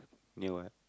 knew what